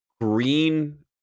green